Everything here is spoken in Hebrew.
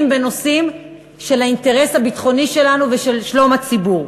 בנושאים של האינטרס הביטחוני שלנו ושל שלום הציבור.